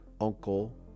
uncle